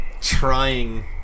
trying